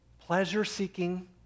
pleasure-seeking